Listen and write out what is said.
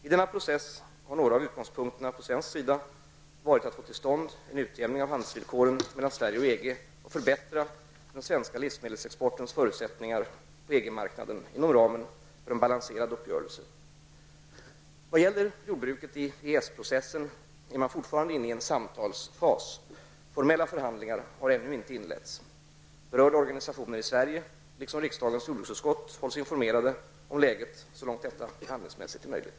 I denna process har några av utgångspunkterna på svensk sida varit att få till stånd en utjämning av handelsvillkoren mellan Sverige och EG och förbättra den svenska livsmedelsexportens förutsättningar på EG marknaden inom ramen för en balanserad uppgörelse. Vad gäller jordbruket i EES-processen är man fortfarande inne i en samtalsfas. Formella förhandlingar har ännu inte inletts. Berörda organisationer i Sverige liksom riksdagens jordbruksutskott hålls informerade om läget så långt detta förhandlingsmässigt är möjligt.